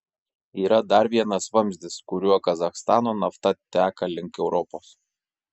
yra dar vienas vamzdis kuriuo kazachstano nafta teka link europos